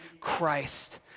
Christ